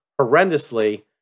horrendously